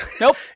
Nope